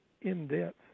in-depth